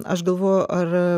aš galvoju ar